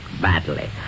badly